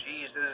Jesus